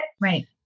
Right